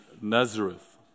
Nazareth